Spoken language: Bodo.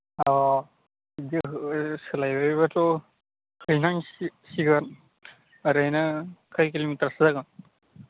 अ सोलायबायब्लाथ' हैनांसिगोन ओरैनो खय किल'मिटारसो जागोन